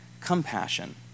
compassion